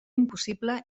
impossible